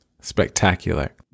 Spectacular